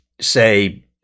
say